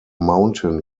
mountain